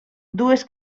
dues